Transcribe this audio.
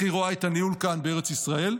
היא רואה את הניהול כאן בארץ ישראל,